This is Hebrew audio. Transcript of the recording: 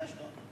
לאשדוד.